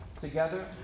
together